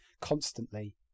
constantly